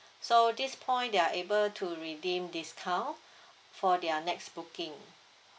so this point they are able to redeem discount for their next booking